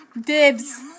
Dibs